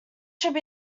should